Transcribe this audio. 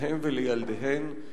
להן ולילדיהן.